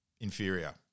inferior